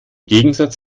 gegensatz